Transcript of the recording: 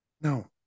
No